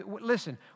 listen